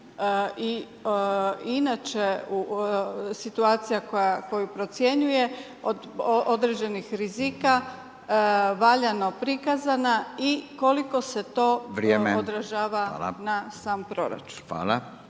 inače situacija koju procjenjuje od određenih rizika valjano prikazana i koliko se to odražava na sam proračun.